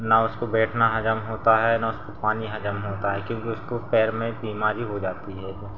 ना उसको बैठना हज़म होता है ना उसको पानी हज़म होता है क्योंकि उसको पैर में बीमारी हो जाती है जो